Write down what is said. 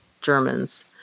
Germans